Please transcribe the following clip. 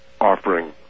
offering